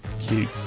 Cute